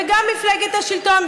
וגם מפלגת השלטון,